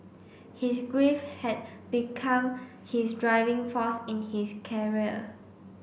his grief had become his driving force in his